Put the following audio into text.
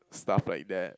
stuff like that